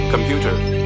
computer